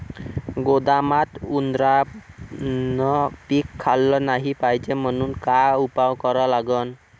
गोदामात उंदरायनं पीक खाल्लं नाही पायजे म्हनून का उपाय करा लागन?